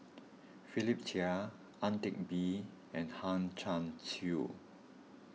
Philip Chia Ang Teck Bee and Hang Chang Chieh